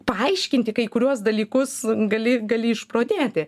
paaiškinti kai kuriuos dalykus gali gali išprotėti